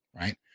right